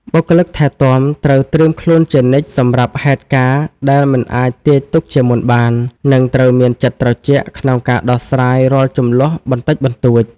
បុគ្គលិកថែទាំត្រូវត្រៀមខ្លួនជានិច្ចសម្រាប់ហេតុការណ៍ដែលមិនអាចទាយទុកជាមុនបាន និងត្រូវមានចិត្តត្រជាក់ក្នុងការដោះស្រាយរាល់ជម្លោះបន្តិចបន្តួច។